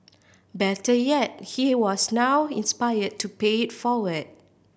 better yet he was now inspired to pay it forward